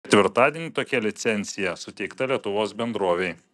ketvirtadienį tokia licencija suteikta lietuvos bendrovei